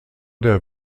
der